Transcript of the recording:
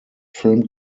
film